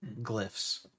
glyphs